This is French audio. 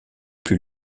plus